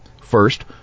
First